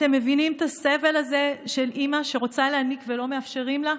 אתם מבינים את הסבל הזה של אימא שרוצה להניק ולא מאפשרים לה?